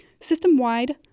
System-wide